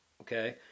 Okay